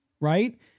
right